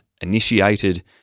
initiated